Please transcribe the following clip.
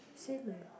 same uh